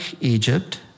Egypt